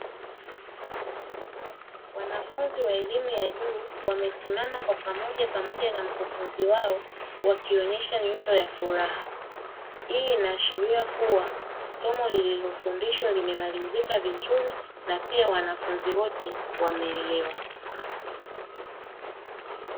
Wanafunzi wa elimu ya juu wamesimama kwa pamoja, pamoja na mkufunzi wao wakionyesha nyuso za furaha. Hii inaashiria kuwa somo lililofundishwa limemalizika vizuri na pia wanafunzi wote wameelewa.